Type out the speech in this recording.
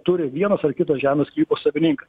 turi vienas ar kitas žemės sklypo savininkas